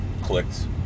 Clicked